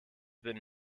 been